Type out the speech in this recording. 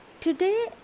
Today